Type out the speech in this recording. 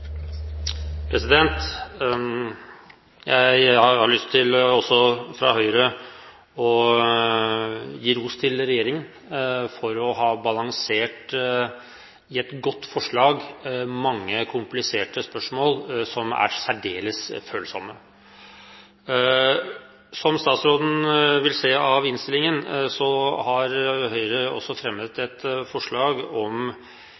Jeg har fra Høyres side lyst til å gi ros til regjeringen for å ha balansert i et godt forslag mange kompliserte spørsmål som er særdeles følsomme. Som statsråden vil se av innstillingen, har Høyre fremmet et forslag hvor vi ber regjeringen vurdere om barneloven tilstrekkelig ivaretar barnas interesser om